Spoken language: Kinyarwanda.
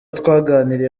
twaganiriye